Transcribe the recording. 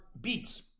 beats